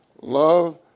love